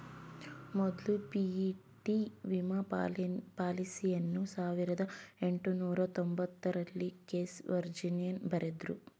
ಮೊದ್ಲ ಪಿ.ಇ.ಟಿ ವಿಮಾ ಪಾಲಿಸಿಯನ್ನ ಸಾವಿರದ ಎಂಟುನೂರ ತೊಂಬತ್ತರಲ್ಲಿ ಕ್ಲೇಸ್ ವರ್ಜಿನ್ ಬರೆದ್ರು